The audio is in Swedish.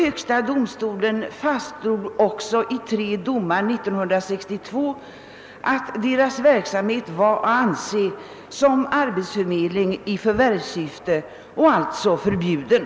Högsta domstolen fastslog i tre domar 1962 att byråernas verksamhet var att anse som arbetsförmedling i förvärvssyfte och alltså förbjuden.